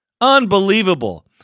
Unbelievable